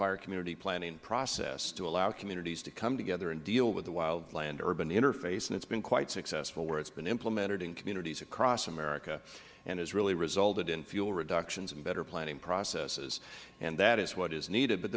fire community planning process to allow the communities to come together and deal with the wild land urban interface and it has been quite successful where it has been implemented in communities across america and has really resulted in fuel reductions and better planning processes and that is what is needed but